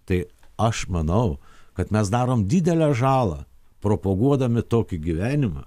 tai aš manau kad mes darom didelę žalą propaguodami tokį gyvenimą